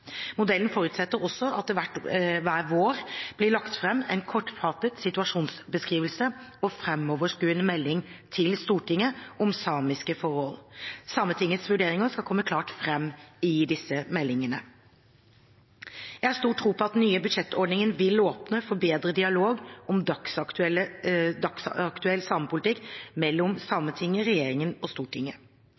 Modellen forutsetter også at det hver vår blir lagt fram en kortfattet situasjonsbeskrivelse og framoverskuende melding til Stortinget om samiske forhold. Sametingets vurderinger skal komme klart fram i disse meldingene. Jeg har stor tro på at den nye budsjettordningen vil åpne for bedre dialog om dagsaktuell samepolitikk mellom Sametinget, regjeringen og Stortinget.